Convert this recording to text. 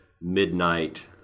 midnight